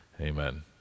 amen